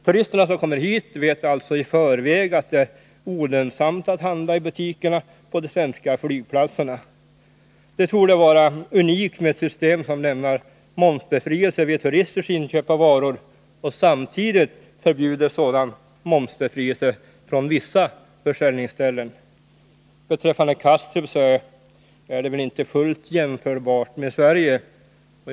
Turisterna som kommer hit vet alltså i förväg att det är olönsamt att handla i butikerna på de svenska flygplatserna. Det torde vara unikt med ett system som lämnar momsbefrielse vid turisters inköp av varor och samtidigt förbjuder sådan momsbefrielse från vissa försäljningsställen. Det system som tillämpas på Kastrups flygplats är väl inte direkt jämförbart med det svenska systemet.